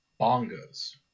Bongos